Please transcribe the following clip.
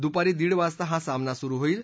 दुपारी दीड वाजता हा सामना सुरु होईल